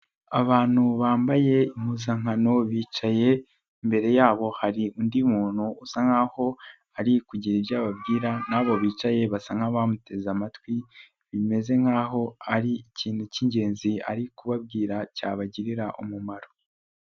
Abantu bambaye impuzankano bicaye imbere yabo hari undi muntu usa nk'aho hari kugira ibyo ababwira n'abo bicaye basa nk'abamuteze amatwi, bimeze nk'aho ari ikintu cy'ingenzi ari kubabwira cyabagirira umumaro.